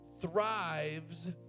thrives